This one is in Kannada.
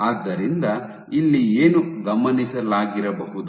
ಆದ್ದರಿಂದ ಇಲ್ಲಿ ಏನು ಗಮನಿಸಲಾಗಿರಬಹುದು